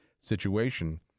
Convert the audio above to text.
situation